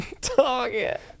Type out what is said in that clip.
Target